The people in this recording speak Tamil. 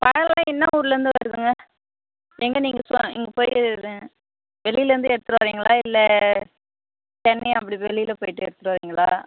பழம்லாம் என்ன ஊர்லர்ந்து வருதுங்க எங்கே நீங்கள் சொ இங்கே போய் வெளிலேர்ந்து எடுத்துகிட்டு வரீங்களா இல்லை சென்னை அப்படி வெளியில போயிவிட்டு எடுத்துகிட்டு வரீங்களா